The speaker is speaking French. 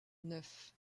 neuf